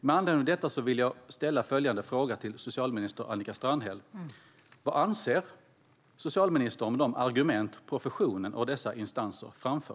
Med anledning av detta vill jag ställa följande fråga till socialminister Annika Strandhäll: Vad anser socialministern om de argument som professionen och dessa instanser framför?